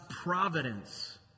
providence